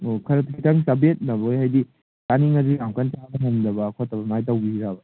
ꯑꯣ ꯈꯔ ꯈꯤꯇꯪ ꯆꯕꯦꯠꯅꯕ ꯑꯣꯏ ꯍꯥꯏꯗꯤ ꯆꯥꯅꯤꯡꯉꯗꯤ ꯌꯥꯝ ꯀꯟ ꯆꯥꯕ ꯉꯝꯗꯕ ꯈꯣꯠꯇꯕ ꯁꯨꯃꯥꯏ ꯇꯧꯕꯤꯔꯕ